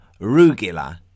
Rugila